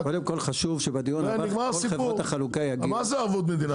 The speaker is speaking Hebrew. מה זה ערבות מדינה?